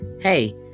hey